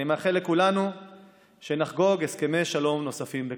אני מאחל לכולנו שנחגוג הסכמי שלום נוספים בקרוב.